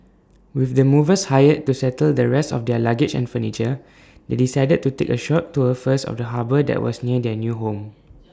with the movers hired to settle the rest of their luggage and furniture they decided to take A short tour first of the harbour that was near their new home